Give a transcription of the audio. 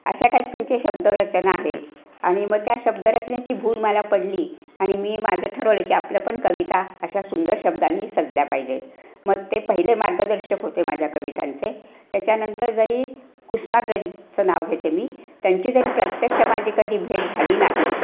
अशा टाईप त्यांचे शब्दरचना आहे आणि मग त्या शब्दरचनेची भूल मला पडली आणि मी माझं ठरवलं की आपलं पण कविता अशा सुंदर शब्दांनी सजल्या पाहिजेत मग ते पहिले मार्गदर्शक होते माझ्या कवितांचे त्याच्यानंतर जरी कुसुमाग्रजचं नाव घेते मी त्यांची जरी प्रत्यक्ष माझी कधी भेट झाली नाही